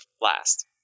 last